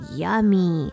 yummy